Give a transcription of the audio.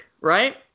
Right